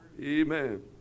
Amen